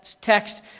Text